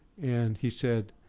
and he said,